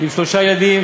עם שלושה ילדים,